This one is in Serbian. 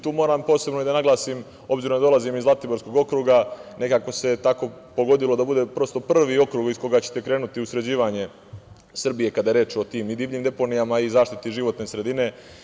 Tu moram posebno i da naglasim, obzirom da dolazim sa Zlatiborskog okruga, nekako se tako pogodilo da bude prosto prvi okrug iz koga ćete krenuti u sređivanje Srbije kada je reč o tim divljim deponijama i zaštite životne sredine.